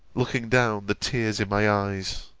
looking down the tears in my eyes.